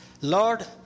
Lord